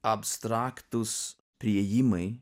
abstraktūs priėjimai